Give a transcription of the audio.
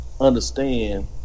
understand